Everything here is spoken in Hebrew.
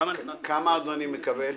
כמה כסף אדוני מקבל?